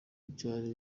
byari